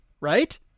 right